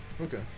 Okay